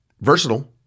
versatile